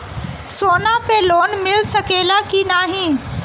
सोना पे लोन मिल सकेला की नाहीं?